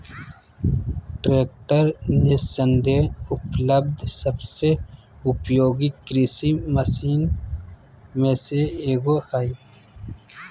tractor निस्संदेह उपलब्ध सबसे उपयोगी कृषि मशीन में से एगो हइ